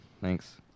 Thanks